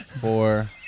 four